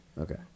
Okay